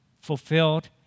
fulfilled